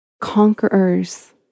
conquerors